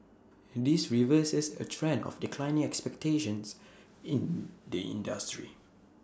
this reverses A trend of declining expectations in the industry